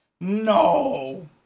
No